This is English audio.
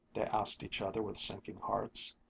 they asked each other with sinking hearts.